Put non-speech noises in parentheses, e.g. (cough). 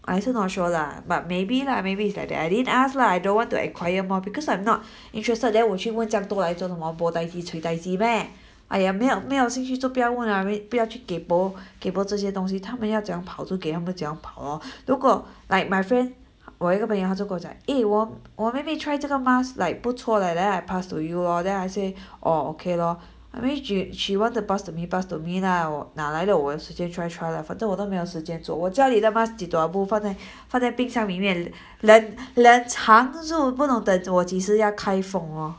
I also not sure lah but maybe lah maybe it's like that I didn't ask lah I don't want to enquire more because I'm not (breath) interested then 我去问这样多来做莫 meh !aiya! 没有没有兴趣做不要问啊不要去 kaypoh kaypoh 这些东西他们要怎样跑就给他们怎样跑咯如果 like my friend 我有一个朋友她就跟我讲 eh 我我妹妹 try 这个 mask like 不错 leh then I pass to u lor then I say orh okay lor I mean she she want to pass to me pass to me lah 拿来了有时间 try try lah 反正我都没有时间做我家里的 mask 放在 (breath) 放在冰箱里面 then then 藏住不懂等我几时要开封咯